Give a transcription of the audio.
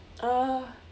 uh